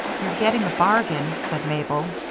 you're getting a bargain, said mabel.